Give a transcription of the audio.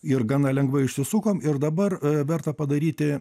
ir gana lengvai išsisukom ir dabar verta padaryti